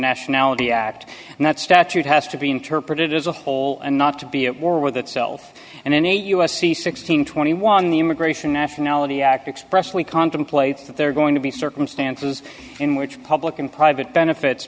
nationality act and that statute has to be interpreted as a whole and not to be at war with itself and any u s c six hundred and twenty one the immigration nationality act expressway contemplates that there are going to be circumstances in which public and private benefits